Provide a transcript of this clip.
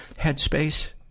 headspace